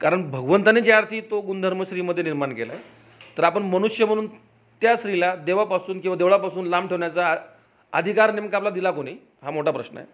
कारण भगवंताने जे अर्थी तो गुणधर्म स्त्रीमध्ये निर्माण केला आहे तर आपण मनुष्य म्हणून त्या स्रीला देवापासून किंवा देवळापासून लांब ठेवण्याचा आ अधिकार नेमक आपला दिला कोणी हा मोठा प्रश्न आहे